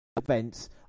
events